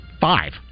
Five